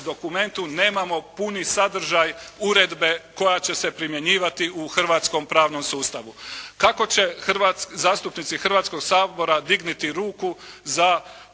dokumentu nemam puni sadržaj uredbe koja će se primjenjivati u hrvatskom pravnom sustavu. Kako će zastupnici Hrvatskog sabora dignuti ruku za